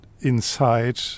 inside